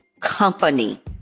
company